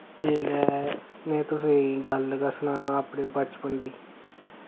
जेल्लै मैं तुसें ई गल्ल लगा सनाना अपने बचपन दी